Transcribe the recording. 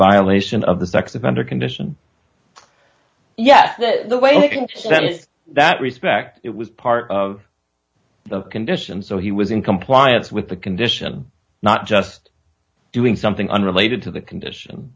violation of the sex offender condition yet the way the consent is that respect it was part of the conditions so he was in compliance with the condition not just doing something unrelated to the condition